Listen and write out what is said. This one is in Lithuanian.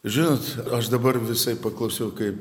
žinot aš dabar visai paklausiau kaip